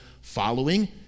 following